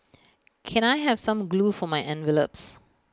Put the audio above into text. can I have some glue for my envelopes